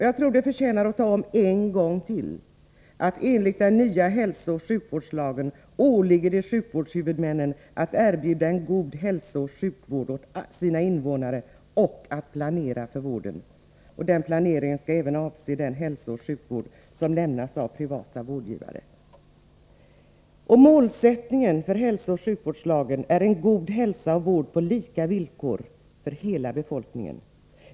Jag tror att det finns anledning att ännu en gång säga att det enligt den nya hälsooch sjukvårdslagen åligger sjukvårdshuvudmännen att erbjuda en god hälsooch sjukvård åt sina invånare och att planera för vården. Planeringen skall även avse den hälsooch sjukvård som ges av privata vårdgivare. Hälsooch sjukvårdslagens målsättning är en god hälsa och vård på lika villkor för hela befolkningen.